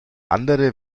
andere